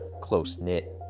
close-knit